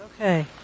Okay